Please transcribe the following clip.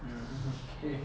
mm okay